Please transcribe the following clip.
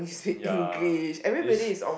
ya it's